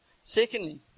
Secondly